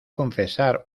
confesar